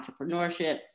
entrepreneurship